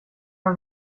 vad